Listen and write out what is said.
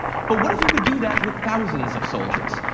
but what if you could do that with thousands of soldiers?